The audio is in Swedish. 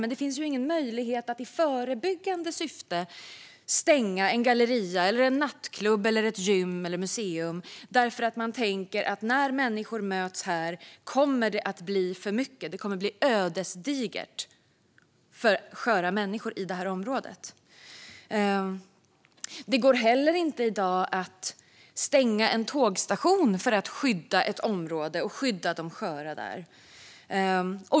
Men det finns ingen möjlighet att i förebyggande syfte stänga en galleria, en nattklubb, ett gym eller ett museum för att man tänker så här: När människor möts där kommer det att bli för mycket. Det kommer att bli ödesdigert för sköra människor i det här området. Det går inte heller i dag att stänga en tågstation för att skydda ett område och skydda de sköra där.